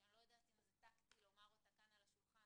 שאני לא יודע אם זה טקטי לומר אותה כאן סביב לשולחן